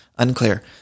Unclear